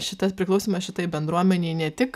šitas priklausymas šitai bendruomenei ne tik